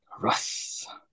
Russ